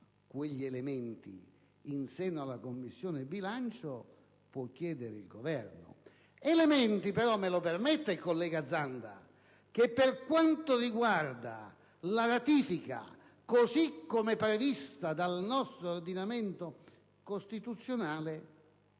quegli elementi in seno alla Commissione bilancio, può chiedere il Governo. Elementi, però - mi permetta il collega Zanda - che per quanto riguarda la ratifica, così come prevista dal nostro ordinamento costituzionale,